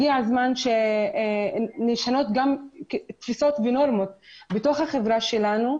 הגיע הזמן לשנות תפיסות ונורמות בתוך החברה שלנו,